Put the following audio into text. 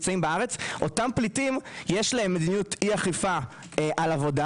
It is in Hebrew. אותם פליטים יש להם מדיניות אי אכיפה על עבודה